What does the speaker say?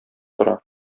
тора